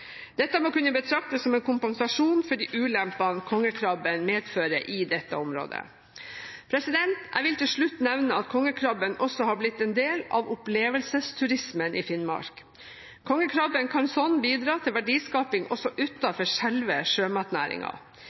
Dette må kunne betraktes som en kompensasjon for de ulempene kongekrabben medfører i dette området. Jeg vil til slutt nevne at kongekrabben også har blitt en del av opplevelsesturismen i Finnmark. Kongekrabben kan slik bidra til verdiskaping også utenfor selve